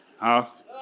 half